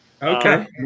Okay